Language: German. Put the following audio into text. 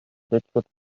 blitzschutz